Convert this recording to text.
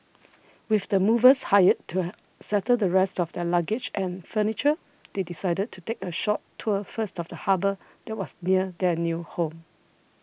with the movers hired to settle the rest of their luggage and furniture they decided to take a short tour first of the harbour that was near their new home